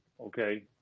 okay